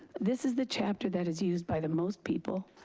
this is the chapter that is used by the most people.